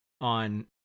on